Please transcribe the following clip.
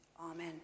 amen